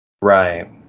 right